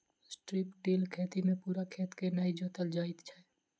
strip till खेती मे पूरा खेत के नै जोतल जाइत छै